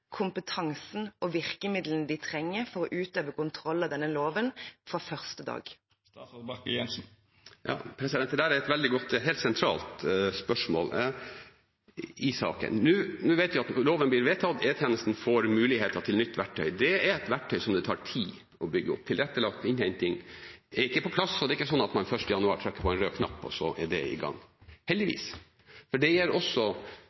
kompetansen og de virkemidlene de trenger for å utøve kontroll av bruken av denne loven fra første dag? Det er et veldig godt og helt sentralt spørsmål i saken. Vi vet at loven blir vedtatt, og at E-tjenesten får mulighet til å bruke et nytt verktøy. Det er et verktøy som det tar tid å bygge opp. Tilrettelagt innhenting er ikke på plass, og det er ikke sånn at man 1. januar trykker på en rød knapp, og så er det i gang – heldigvis, for det gir også